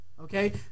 Okay